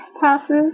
passes